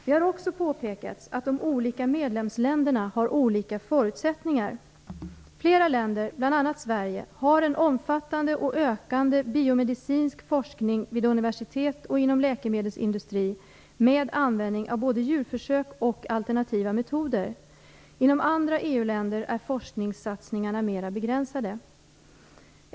Det har också påpekats att de olika medlemsländerna har olika förutsättningar. Flera länder, bl.a. Sverige, har en omfattande och ökande biomedicinsk forskning vid universitet och inom läkemedelsindustri med användning av både djurförsök och alternativa metoder. Inom andra EU länder är forskningssatsningarna mera begränsade.